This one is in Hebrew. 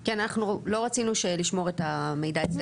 כן, אנחנו לא רצינו לשמור את המידע אצלנו.